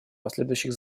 последующих